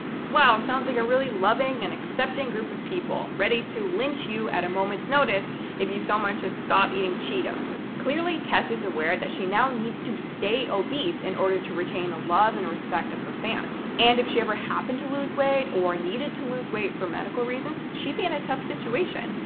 wow, sounds like a really loving and accepting group of people, ready to lynch you at a moment's notice if you so much as stop eating cheetos. clearly, tess is aware that she now needs to stay obese in order to retain the love and respect of her fans. and if she ever happened to lose weight or needed to lose weight for medical reasons, she'd be in a tough situation.